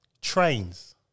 Trains